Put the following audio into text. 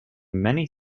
many